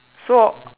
so